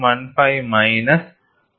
15 minus 3